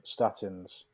statins